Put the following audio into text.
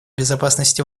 безопасности